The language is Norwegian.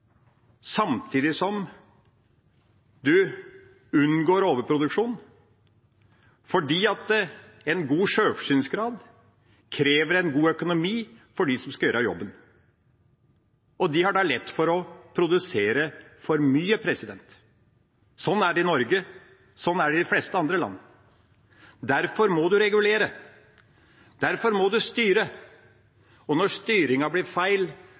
samtidig som man unngår overproduksjon. En god sjølforsyningsgrad krever en god økonomi for dem som skal gjøre jobben. De har lett for å produsere for mye. Sånn er det i Norge, og sånn er det i de fleste andre land. Derfor må du regulere, derfor må du styre, og når styringa blir feil,